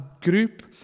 group